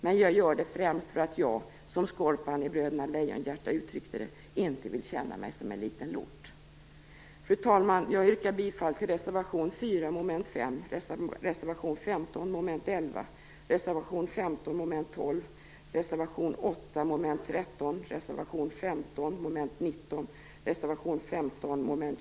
Men jag gör det främst för att jag, som Skorpan i Bröderna Lejonhjärta uttryckte det, inte vill känna mig som en liten lort. Fru talman!